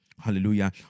Hallelujah